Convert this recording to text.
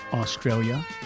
Australia